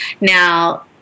Now